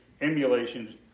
emulations